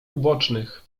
ubocznych